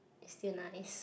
it's still nice